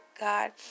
God